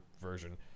version